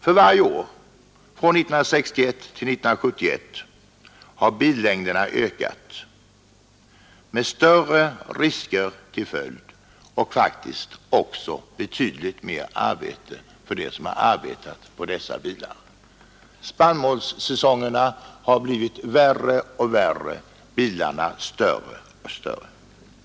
För varje år — från 1961 till 1971 — har billängderna ökat, vilket haft till följd att riskerna blivit större och att det faktiskt också har blivit betydligt besvärligare för dem som har arbetat på dessa bilar. Spannmålssäsongerna har blivit värre och värre, och bilarna har blivit större och större — och därmed trafikriskerna.